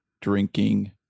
drinking